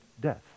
death